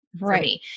Right